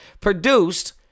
produced